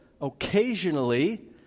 occasionally